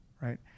right